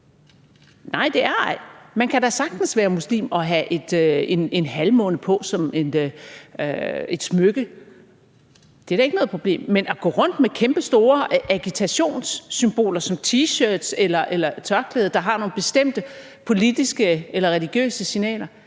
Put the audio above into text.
Nej, det er ej. Man kan da sagtens være muslim og have en halvmåne på som et smykke – det er da ikke noget problem – men det er det at gå rundt med kæmpestore agitationssymboler som T-shirts eller tørklæder, der sender nogle bestemte politiske eller religiøse signaler,